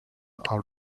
our